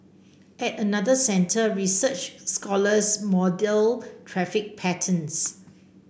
at another centre research scholars model traffic patterns